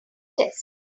test